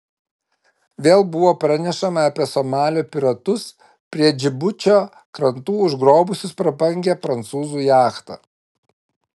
vėl buvo pranešama apie somalio piratus prie džibučio krantų užgrobusius prabangią prancūzų jachtą